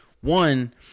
One